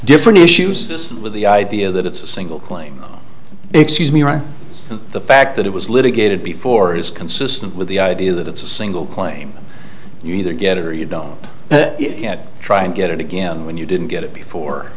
different issues just with the idea that it's a single claim excuse me right and the fact that it was litigated before is consistent with the idea that it's a single claim you either get it or you don't try and get it again when you didn't get it before